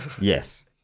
Yes